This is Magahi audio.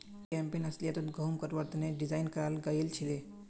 कैम्पैन अस्लियतत गहुम कटवार तने डिज़ाइन कराल गएल छीले